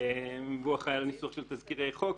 הוא אחראי על הניסוח של תזכירי חוק,